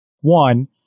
One